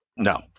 No